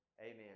amen